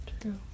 True